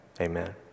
amen